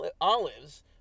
olives